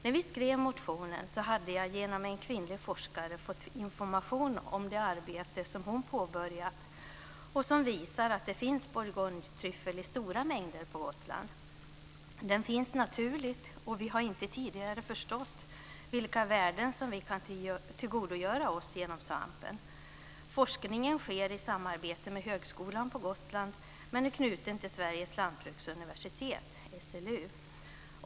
När vi skrev motionen hade jag genom en kvinnlig forskare fått information om det arbete som hon påbörjat och som visar att det finns bourgognetryffel i stora mängder på Gotland. Den finns naturligt, och vi har inte tidigare förstått vilka värden som vi kan tillgodogöra oss genom svampen. Forskningen sker i samarbete med Högskolan på Gotland, men är knuten till Sveriges Lantbruksuniversitet, SLU.